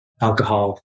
alcohol